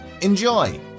Enjoy